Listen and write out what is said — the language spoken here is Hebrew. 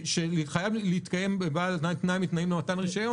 "חדל להתקיים בבעל הרישיון תנאי מהתנאים למתן רישיון",